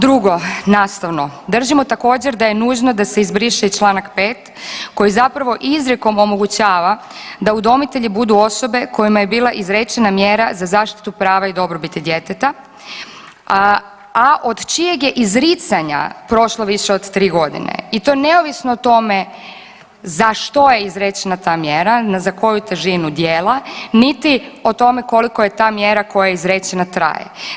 Drugo, nastavno, držimo također da je nužno da se izbriše i Članak 5. koji zapravo izrijekom omogućava da udomitelji budu osobe kojima je bila izrečena mjera za zaštitu prava i dobrobiti djeteta, a od čijeg je izricanja prošlo više od 3 godine i to neovisno o tome za što je izrečena ta mjera, za koju težinu djela, niti o tome koliko je ta mjera koja je izrečena traje.